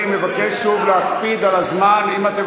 אני מבקש שוב להקפיד על הזמן אם אתם